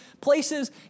places